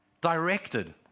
directed